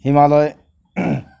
Himalaya